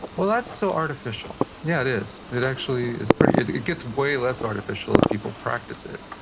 well, that's so artificial. yeah, it is. it actually is pretty, it it gets way less artificial if people practice it,